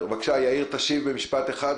להשיב במשפט אחד,